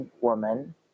woman